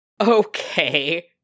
Okay